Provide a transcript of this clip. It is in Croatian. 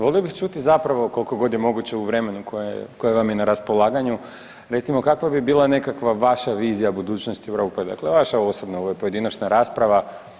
Volio bih čuti zapravo kolko god je moguće u vremenu koje vam je na raspolaganju, recimo kakva bi bila nekakva vaša vizija budućnosti Europe, dakle vaša osobna, ovo je pojedinačna rasprava.